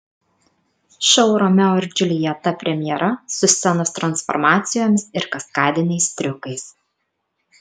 šou romeo ir džiuljeta premjera su scenos transformacijomis ir kaskadiniais triukais